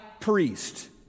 priest